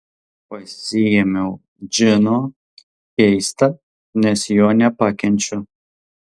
pasiėmiau džino keista nes jo nepakenčiu